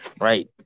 Right